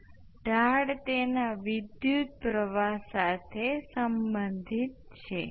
આ બધુ આપણે I 1 ના 0 માટે યોગ્ય મૂલ્યો મેળવવા માટે છે તેથી ત્યાંથી આપણે દરેક વસ્તુની ગણતરી કરી શકીએ છીએ